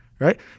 Right